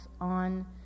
on